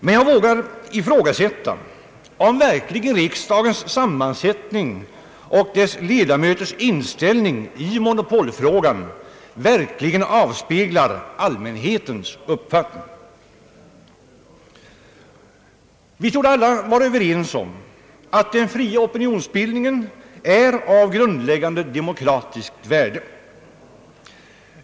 Men jag vågar ifrågasätta om riksdagsledamöternas inställning i monopolfrågan verkligen återspeglar allmänhetens uppfattning. Vi torde alla vara överens om att den fria opinionsbildningen är ett grundläggande demokratiskt värde.